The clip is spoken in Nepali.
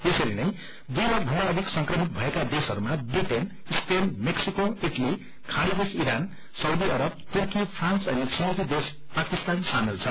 यसरीनै दुई लाख भन्दा अधिक संक्रमित भएका देशहरूमा ब्रिटेन स्पेन मेक्सिको इटली ख्वाँड़ी देश इरान साउदी अरब तुर्की फ्रान्स अनिडिछमेकी देश पाकिस्तान सामेल छन्